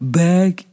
back